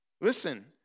listen